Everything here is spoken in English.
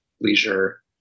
leisure